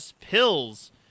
Pills